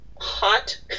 hot